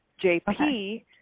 JP